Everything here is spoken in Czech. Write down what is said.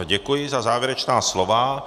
Děkuji za závěrečná slova.